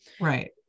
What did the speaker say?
Right